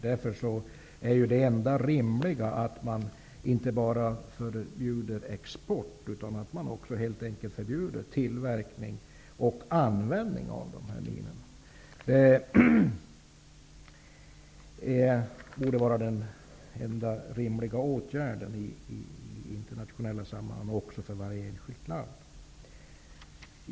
Därför är det enda rimliga att man inte bara förbjuder export, utan att man också helt enkelt förbjuder tillverkning och användning av de här minorna. Det borde vara den enda rimliga åtgärden i internationella sammanhang, liksom även för varje enskilt land.